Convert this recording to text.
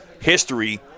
history